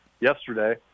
yesterday